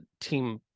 team